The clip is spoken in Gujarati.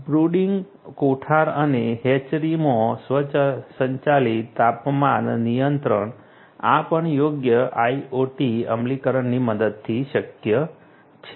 બ્રૂડિંગ કોઠાર અને હેચરીમાં સ્વચાલિત તાપમાન નિયંત્રણ આ પણ યોગ્ય IoT અમલીકરણની મદદથી શક્ય છે